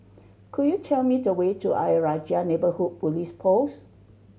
could you tell me the way to Ayer Rajah Neighbourhood Police Post